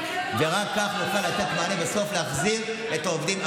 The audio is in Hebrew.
ורק כך נוכל לתת מענה בסוף ולהחזיר את העובדים.